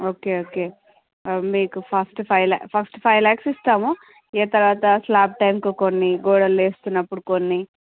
okay okay మీకు first five lakh first five lakhs ఇస్తాము ఆ తరువాత స్లాబ్ టైంకి కొన్ని గోడలు లేస్తున్నప్పుడు కొన్ని